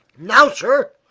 now, sir,